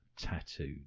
tattooed